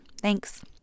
thanks